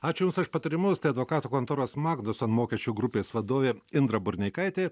ačiū jums už patarimus tai advokatų kontoros magdoson mokesčių grupės vadovė indra burneikaitė